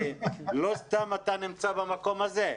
כי לא סתם אתה נמצא במקום הזה.